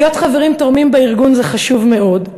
להיות חברים תורמים בארגון זה חשוב מאוד,